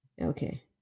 Okay